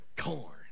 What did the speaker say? corn